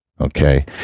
okay